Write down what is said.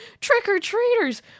trick-or-treaters